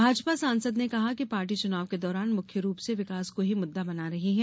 भाजपा सांसद ने कहा कि पार्टी चुनाव के दौरान मुख्य रूप से विकास को ही मुद्दा बना रही है